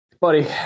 buddy